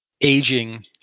aging